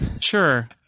Sure